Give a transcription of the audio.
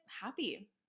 happy